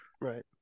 right